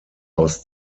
aus